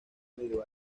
medio